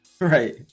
right